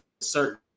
certain